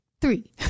three